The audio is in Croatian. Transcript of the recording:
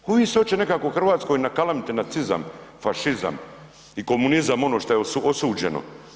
Uvik se hoće nekako u Hrvatskoj nakalamiti nacizam, fašizam i komunizam, ono što je osuđeno.